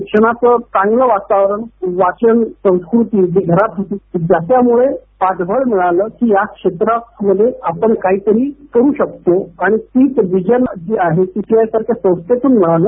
शिक्षणाचं चांगलं वातावरण वाचन संस्कृति जी घरात होती ज्याच्यामुळे पाठबळ मिळालं की या क्षेत्रामध्ये आपण काहीतरी करू शकतो आणि तीच vision F T I I सारख्या संस्थेतून मिळाली